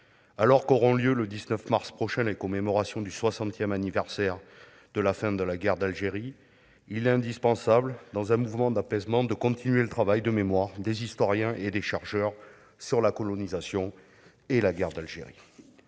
Alors qu'auront lieu le 19 mars prochain les commémorations du soixantième anniversaire de la fin de la guerre d'Algérie, il est indispensable, dans un mouvement d'apaisement, de continuer le travail de mémoire des historiens et des chercheurs sur la colonisation et la guerre d'Algérie.